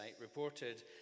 reported